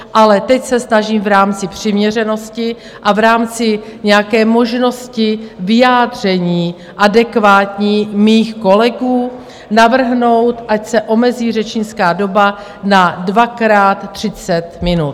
Ale teď se snažím v rámci přiměřenosti a v rámci nějaké možnosti vyjádření adekvátní mých kolegů navrhnout, ať se omezí řečnická doba na dvakrát 30 minut.